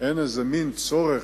אין איזה מין צורך,